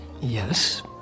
Yes